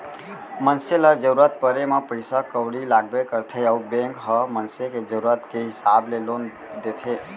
मनसे ल जरूरत परे म पइसा कउड़ी लागबे करथे अउ बेंक ह मनसे के जरूरत के हिसाब ले लोन देथे